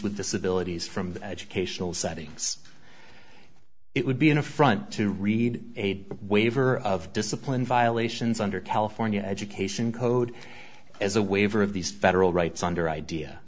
with disabilities from the educational settings it would be an affront to read a waiver of discipline violations under california education code as a waiver of these federal rights under idea